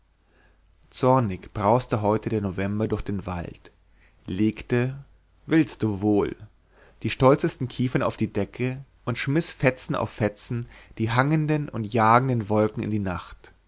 zornig brauste heute der november durch den wald legte willst du wohl die stolzesten kiefern auf die decke und schmiß fetzen auf fetzen die hangenden und jagenden wolken in die nacht